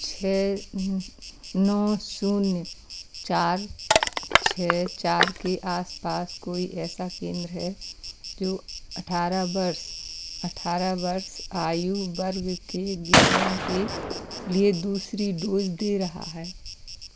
छः नौ शून्य चार छः चार के आस पास कोई ऐसा केंद्र है जो अठारह वर्ष अठारह वर्ष आयु वर्ग के लोगों के लिए दूसरी डोज़ दे रहा है